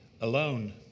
alone